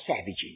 savages